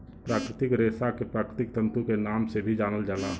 प्राकृतिक रेशा के प्राकृतिक तंतु के नाम से भी जानल जाला